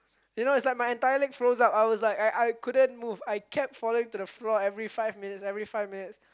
you know it's like my entire leg froze up I was like I I couldn't move I kept falling to the floor every five minutes every five minutes